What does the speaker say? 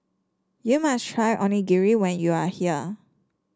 you must try Onigiri when you are here